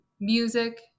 Music